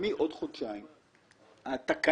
שהחל מעוד חודשיים התקנה,